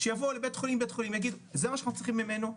שיבואו לבית חולים בית חולים יגידו זה מה שאנחנו צריכים ממנו,